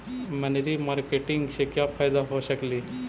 मनरी मारकेटिग से क्या फायदा हो सकेली?